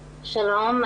שלום.